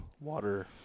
water